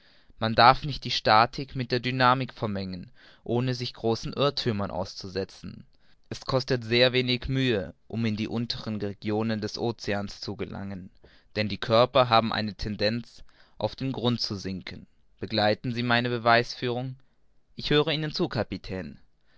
man darf nicht die statik mit der dynamik vermengen ohne sich großen irrthümern auszusetzen es kostet sehr wenig mühe um in die unteren regionen des oceans zu gelangen denn die körper haben eine tendenz auf den grund zu sinken begleiten sie meine beweisführung ich höre ihnen zu kapitän